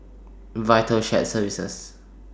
Vital Shared Services